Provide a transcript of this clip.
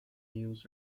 mills